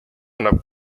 annab